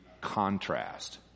contrast